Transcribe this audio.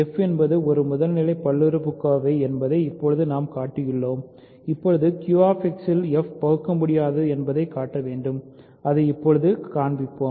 f என்பது ஒரு முதல்நிலை பல்லுறுப்புக்கோவை என்பதை இப்போது நாம் காட்டியுள்ளோம் இப்போது QX ல் f பகுக்கமுடியாதது என்பதைக் காட்ட வேண்டும் அதையே இப்போது காண்பிப்போம்